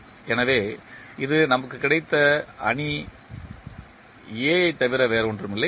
எனவே இது நமக்கு கிடைத்த அணி A ஐத் தவிர வேறில்லை